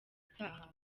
itaha